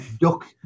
duck